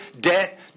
debt